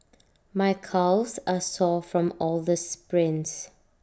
my calves are sore from all the sprints